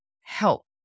help